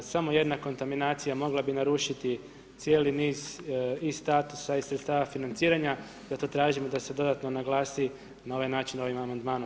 Samo jedna kontaminacija mogla bi narušiti cijeli niz iz statusa i sredstava financiranja, zato tražim da se dodatno naglasi na ovaj način ovim amandmanom.